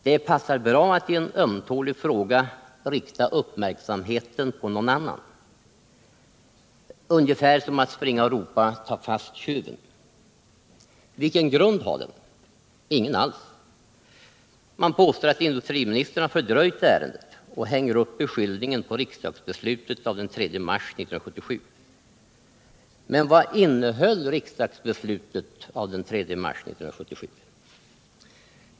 Det passar bra att i en ömtålig fråga rikta uppmärksamheten på något annat — ungefär som att springa och ropa: ”Ta fast tjuven!” Vilken grund har reservationen? Ingen alls! Man påstår att industriministern har fördröjt ärendet och hänger upp den beskyllningen på riksdagsbeslutet av den 3 mars 1977. Men vad innehöll riksdagsbeslutet av den 3 mars 1977?